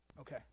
Okay